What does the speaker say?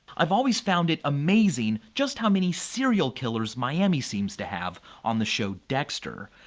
i've always found it amazing just how many serial killers miami seems to have on the show dexter.